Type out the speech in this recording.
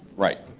right,